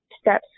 steps